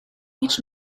each